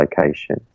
location